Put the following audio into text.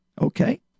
Okay